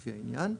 לפי העניין,